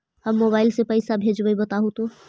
हम मोबाईल से पईसा भेजबई बताहु तो?